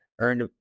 earned